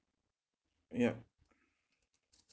yup